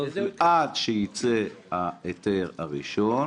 עד שיצא ההיתר הראשון,